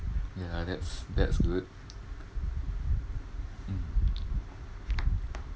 ya lah that's that's good mm